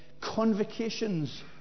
convocations